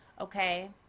okay